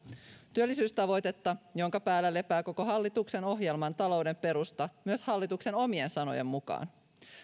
työllisyystavoitetta jonka päällä lepää koko hallituksen ohjelman talouden perusta myös hallituksen omien sanojen mukaan